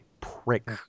prick